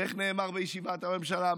ואיך נאמר בישיבת הממשלה?